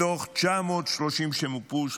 מתוך 930 שמופו,